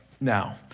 now